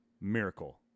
Miracle